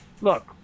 look